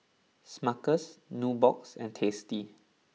Smuckers Nubox and Tasty